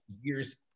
years